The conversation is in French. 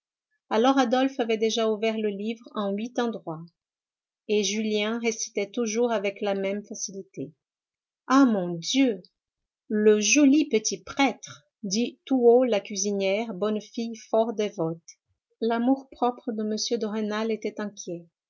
alors adolphe avait déjà ouvert le livre en huit endroits et julien récitait toujours avec la même facilité ah mon dieu le joli petit prêtre dit tout haut la cuisinière bonne fille fort dévote l'amour-propre de m de rênal était inquiet